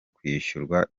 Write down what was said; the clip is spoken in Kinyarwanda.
kwishyurwa